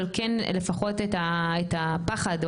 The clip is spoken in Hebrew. אבל לפחות את הפחד,